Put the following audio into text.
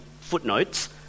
footnotes